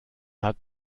hat